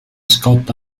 scott